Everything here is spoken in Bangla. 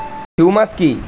হিউমাস কি?